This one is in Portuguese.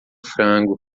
frango